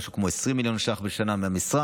משהו כמו 20 מיליון ש"ח בשנה מהמשרד,